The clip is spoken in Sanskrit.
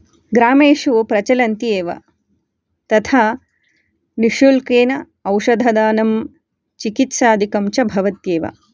ग्रामेषु प्रचलन्ति एव तथा निःशुल्केन औषधदानं चिकित्सादिकं च भवत्येव